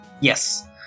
Yes